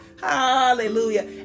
hallelujah